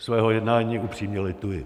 Svého jednání upřímně lituji.